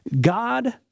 God